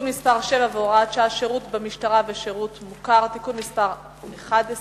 מס' 7 והוראת שעה) (שירות במשטרה ושירות מוכר) (תיקון מס' 11),